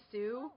Sue